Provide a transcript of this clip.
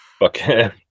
Okay